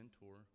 mentor